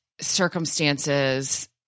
circumstances